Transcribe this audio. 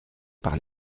par